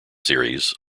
series